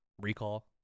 recall